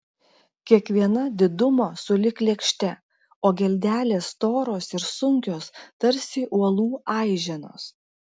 kiekviena didumo sulig lėkšte o geldelės storos ir sunkios tarsi uolų aiženos